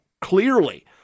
clearly